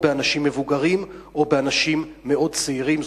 מדובר בעיקר או באנשים מבוגרים או באנשים מאוד צעירים,